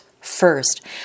first